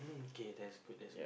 okay that's good that's good